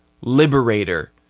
Liberator